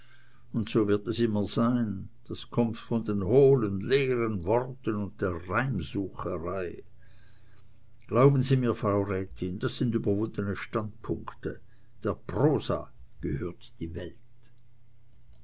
und so wird es immer sein das kommt von den hohlen leeren worten und der reimsucherei glauben sie mir frau rätin das sind überwundene standpunkte der prosa gehört die welt